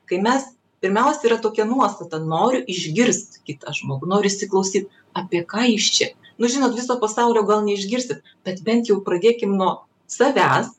kai mes pirmiausia yra tokia nuostata noriu išgirst kitą žmogų noriu įsiklausyt apie ką jis čia nu žinot viso pasaulio gal neišgirsit bet bent jau pradėkim nuo savęs